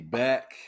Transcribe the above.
back